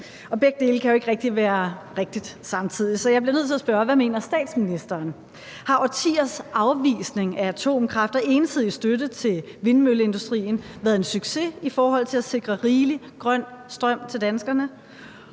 begge dele kan jo ikke rigtig være rigtigt samtidig. Så jeg bliver nødt til at spørge: Hvad mener statsministeren? Har årtiers afvisning af atomkraft og entydig støtte til vindmølleindustrien været en succes i forhold til at sikre rigelig grøn strøm til danskerne?